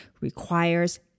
Requires